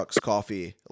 coffee